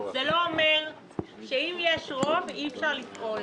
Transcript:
זה לא אומר שאם יש רוב, אי אפשר לפעול.